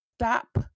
stop